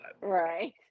Right